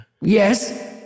Yes